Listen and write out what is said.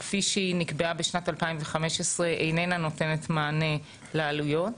כפי שהיא נקבעה בשנת 2015 איננה נותנת מענה לעלויות.